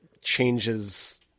changes